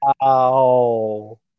Wow